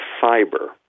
fiber